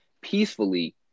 peacefully